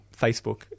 Facebook